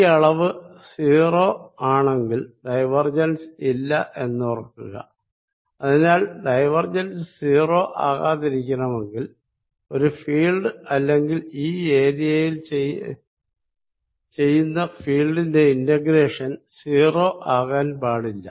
ഈ അളവ് 0 ആണെങ്കിൽ ഡൈവർജൻസ് ഇല്ല എന്നോർക്കുക അതിനാൽ ഡൈവർജൻസ് 0 ആകാതിരിക്കണമെങ്കിൽ ഒരു ഫീൽഡ് അല്ലെങ്കിൽ ഈ ഏരിയയിൽ ചെയ്യുന്ന ഫീൽഡിന്റെ ഇന്റഗ്രേഷൻ 0 ആകാൻ പാടില്ല